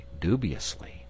dubiously